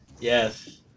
Yes